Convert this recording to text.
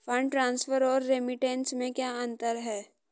Fund transfer और remittance में क्या अंतर है?